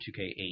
2K8